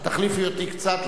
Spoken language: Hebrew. תחליפי אותי קצת,